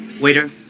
Waiter